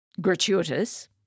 gratuitous